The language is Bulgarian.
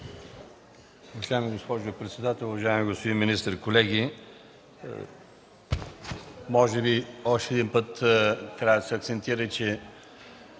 Уважаема госпожо председател, уважаеми господин министър, колеги! Може би още един път трябва да се акцентира: